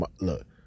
look